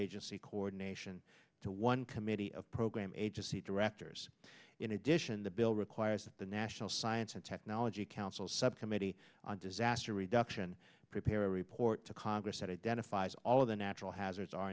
interagency coordination to one committee a program agency directors in addition the bill requires that the national science and technology council subcommittee on disaster reduction prepare a report to congress that identifies all of the natural hazards